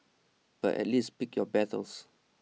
but at least pick your battles